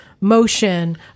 motion